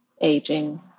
aging